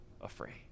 afraid